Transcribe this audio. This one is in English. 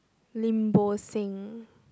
Lim Bo Seng